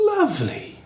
Lovely